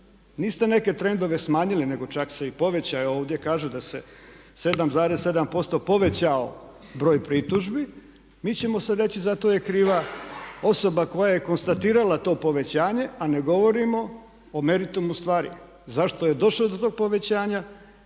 niste neke trendove smanjili nego čak se i povećao evo, ovdje, kažu da se 7,7% povećao broj pritužbi. Mi ćemo sad reći zato je kriva osoba koja je konstatirala to povećanje a ne govorimo o meritumu stvari. Zašto je došlo do tog povećanja